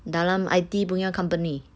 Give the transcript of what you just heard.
dalam I_T punya company